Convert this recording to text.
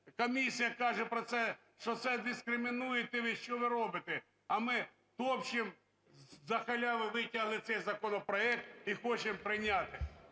комісія каже про це, що це дискримінуєте ви, що ви робите? А ми топчем, з-за халяви витягли цей законопроект і хочемо прийняти.